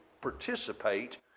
participate